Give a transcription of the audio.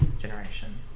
generation